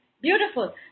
beautiful